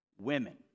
Women